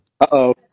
Uh-oh